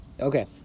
Okay